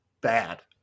bad